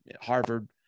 Harvard